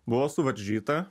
buvo suvaržyta